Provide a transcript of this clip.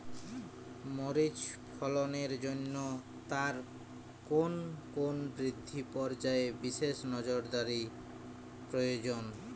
মরিচ ফলনের জন্য তার কোন কোন বৃদ্ধি পর্যায়ে বিশেষ নজরদারি প্রয়োজন?